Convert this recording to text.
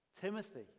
Timothy